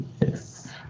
Yes